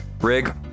Rig